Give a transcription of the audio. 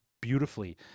beautifully